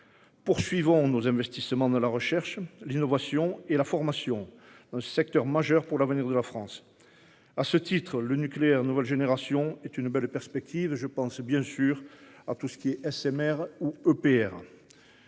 Poursuivons nos investissements dans la recherche, l'innovation et la formation. Un secteur majeur pour l'avenir de la France. À ce titre le nucléaire nouvelle génération est une belle perspective, je pense bien sûr à tout ce qui est SMR ou EPR.